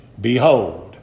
Behold